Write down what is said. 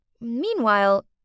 Meanwhile